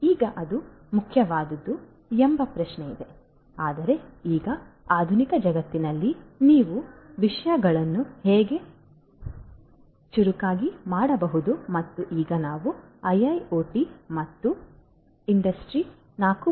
ಆದ್ದರಿಂದ ಈಗ ಅದು ಮುಖ್ಯವಾದುದು ಎಂಬ ಪ್ರಶ್ನೆ ಇದೆ ಆದರೆ ಈಗ ಆಧುನಿಕ ಜಗತ್ತಿನಲ್ಲಿ ನೀವು ವಿಷಯಗಳನ್ನು ಹೇಗೆ ಚುರುಕಾಗಿ ಮಾಡಬಹುದು ಮತ್ತು ಈಗ ನಾವು IIoT ಮತ್ತು ಇಂಡಸ್ಟ್ರಿ 4